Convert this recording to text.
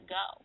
go